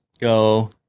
go